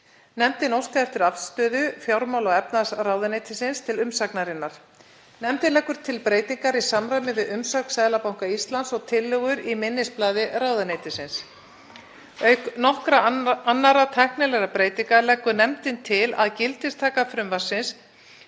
Nefndin óskaði eftir afstöðu fjármála- og efnahagsráðuneytisins til umsagnarinnar. Nefndin leggur til breytingar í samræmi við umsögn Seðlabanka Íslands og tillögur í minnisblaði ráðuneytisins. Auk nokkurra annarra tæknilegra breytinga leggur nefndin til að gildistaka frumvarpsins